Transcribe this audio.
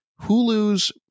Hulu's